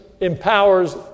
empowers